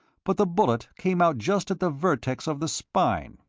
but the bullet came out just at the vertex of the spine.